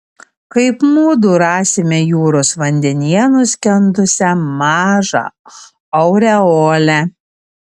kaip mudu rasime jūros vandenyje nuskendusią mažą aureolę